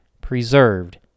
preserved